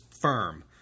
firm